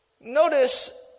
Notice